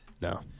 no